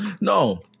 No